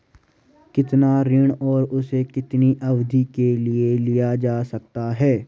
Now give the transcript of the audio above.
कितना ऋण और उसे कितनी अवधि के लिए लिया जा सकता है?